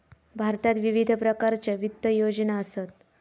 भारतात विविध प्रकारच्या वित्त योजना असत